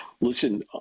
Listen